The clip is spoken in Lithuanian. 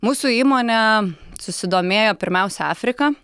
mūsų įmonė susidomėjo pirmiausia afrika